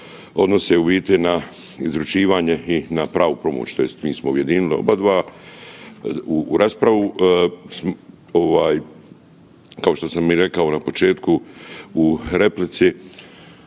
odnosi u biti na izručivanje i na pravnu pomoć tj. mi smo objedini obadva u raspravu. Kao što sam rekao na početku u replici